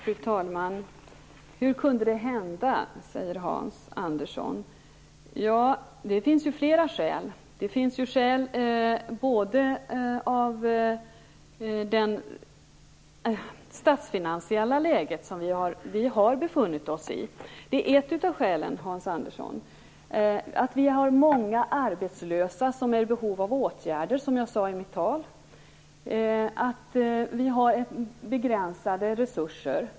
Fru talman! Hur kunde det hända? frågar Hans Andersson. Det finns flera skäl. Ett av skälen är det statsfinansiella läge vi har befunnit oss i, Hans Andersson. Det finns många arbetslösa som är i behov av åtgärder - som jag sade i mitt tal. Det finns begränsade resurser.